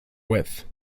width